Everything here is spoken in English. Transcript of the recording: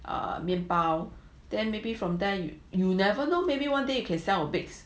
I mean 面包 then maybe from there you'll never know maybe one day you can sell your bakes